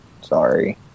sorry